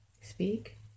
speak